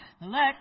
Let